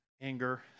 anger